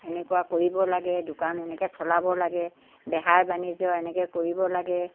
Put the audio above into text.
এনেকুৱা কৰিব লাগে দোকান এনেকৈ চলাব লাগে বেহা বাণিজ্য এনেকৈ কৰিব লাগে